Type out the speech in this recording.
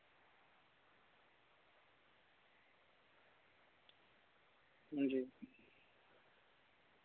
हांजी